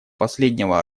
последнего